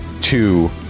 two